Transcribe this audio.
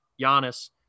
Giannis